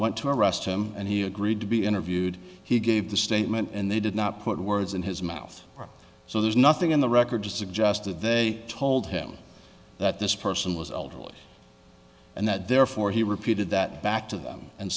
went to arrest him and he agreed to be interviewed he gave the statement and they did not put words in his mouth so there's nothing in the record to suggest that they told him that this person was elderly and that therefore he repeated that back to them and